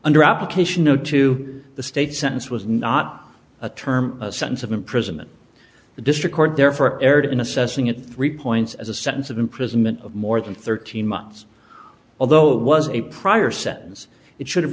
under application no to the state's sentence was not a term a sense of imprisonment the district court there for erred in assessing it three points as a sentence of imprisonment of more than thirteen months although it was a prior sentence it should have